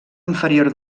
inferior